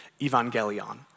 evangelion